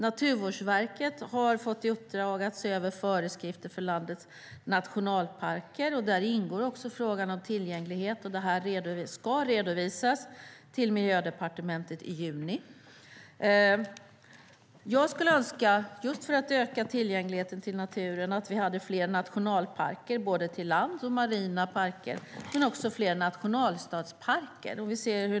Naturvårdsverket har fått i uppdrag att se över föreskrifter för landets nationalparker. Där ingår också frågan om tillgänglighet. Uppdraget ska redovisas till Miljödepartementet i juni. För att öka tillgängligheten till naturen skulle jag önska att vi hade fler nationalparker, till exempel marina parker och nationalstadsparker.